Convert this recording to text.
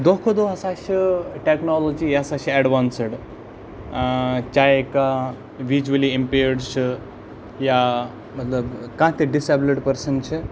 دۄہ کھۄتہٕ دۄہ ہَسا آسہِ ٹیکنالوجی یہِ ہَسا چھِ اٮ۪ڈوانسٕڈ چاہے کانٛہہ ویٖجؤلی اِمپیرڑ چھِ یا مطلب کانٛہہ تہِ ڈِسیبلٕڑ پٔرسَن چھِ